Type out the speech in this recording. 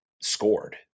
scored